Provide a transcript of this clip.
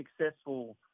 successful